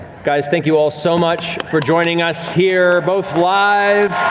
guys, thank you all so much for joining us here both live